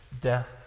death